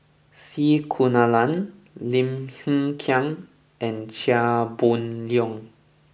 C Kunalan Lim Hng Kiang and Chia Boon Leong